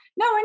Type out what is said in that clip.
No